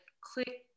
click